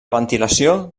ventilació